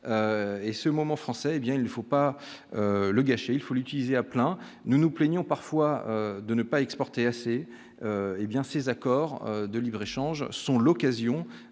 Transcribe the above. et ce moment français, hé bien il faut pas le gâcher, il faut l'utiliser à plein, nous nous plaignons parfois de ne pas exporter assez hé bien ces accords de libre-échange sont l'occasion